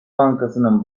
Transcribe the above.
bankasının